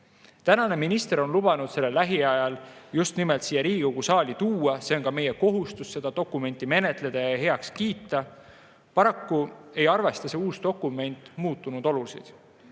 Tänane minister on lubanud selle lähiajal siia Riigikogu saali tuua. On meie kohustus seda dokumenti menetleda ja heaks kiita. Paraku ei arvesta see uus dokument muutunud olusid,